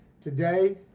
Today